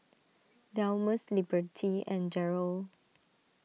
Delmus Liberty and Jarrell